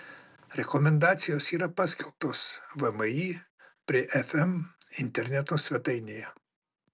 rekomendacijos yra paskelbtos vmi prie fm interneto svetainėje